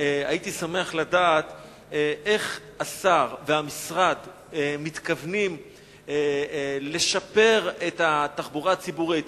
הייתי שמח לדעת איך השר והמשרד מתכוונים לשפר את התחבורה הציבורית,